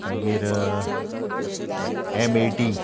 मागीर M A T